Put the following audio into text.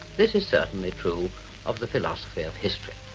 this is certainly true of the philosophy of history.